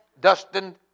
Dustin